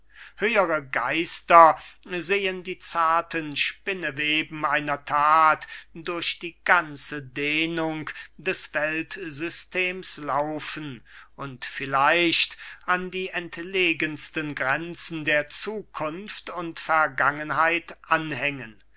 höhere geister sehen die zarten spinneweben einer tat durch die ganze dehnung des weltsystems laufen und vielleicht an die entlegensten grenzen der zukunft und vergangenheit anhängen